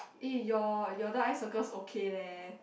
eh your your dark eye circles okay leh